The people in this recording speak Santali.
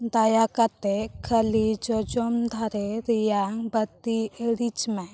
ᱫᱟᱭᱟ ᱠᱟᱛᱮ ᱠᱷᱟᱹᱞᱤ ᱡᱚᱡᱚᱢ ᱫᱷᱟᱨᱮ ᱨᱟᱭᱟᱜ ᱵᱟᱹᱛᱤ ᱤᱲᱤᱡᱽ ᱢᱮ